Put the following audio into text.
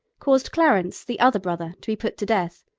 caused clarence, the other brother, to be put to death,